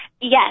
Yes